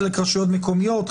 חלק רשויות מקומיות,